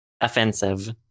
offensive